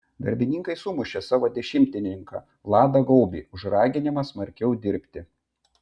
darbininkai sumušė savo dešimtininką vladą gaubį už raginimą smarkiau dirbti